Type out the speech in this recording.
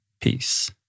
Peace